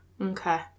Okay